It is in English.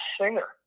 singer